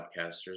podcasters